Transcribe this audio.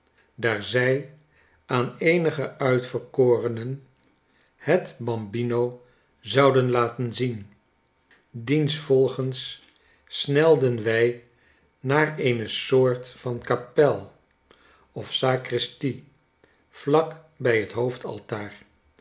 daar zij aan eenige uitverkorenen het bambino zouden laten zien diensvolgens snelden wij naar eene soort van kapel of sacristie vlak bij het hoofdaltaar